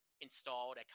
installed